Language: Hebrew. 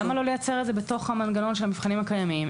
--- למה לא לייצר את זה בתוך המנגנון של המבחנים הקיימים?